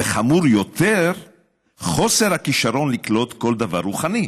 וחמור יותר חוסר הכישרון לקלוט כל דבר רוחני.